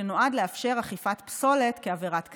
שנועד לאפשר אכיפת פסולת כעבירת קנס.